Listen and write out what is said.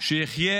שיחיה